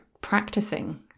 practicing